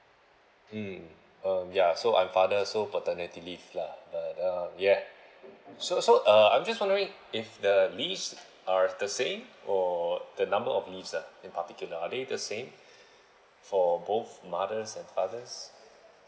mm um yeah so I'm father so paternity leave lah the the yeah so so uh I'm just wondering if the leaves are the same or the number of leaves ah in particular are they the same for both mothers and fathers